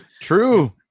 true